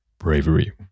Bravery